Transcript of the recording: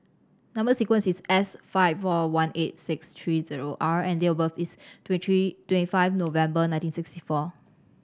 number sequence is S five four one eight six three zero R and date of birth is three twenty five November nineteen sixty four